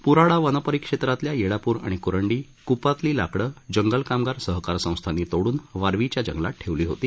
Prada वन परिक्षेत्रातल्या येडापूर आणि क्रंडी कुपातली लाकडं जंगल कामगार सहकारी संस्थांनी तोड्रन वारवीच्या जंगलात ठेवली होती